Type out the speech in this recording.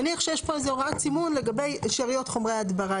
נניח שיש כבר איזה הוראת סימון לגבי שאריות חומרי הדברה.